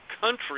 country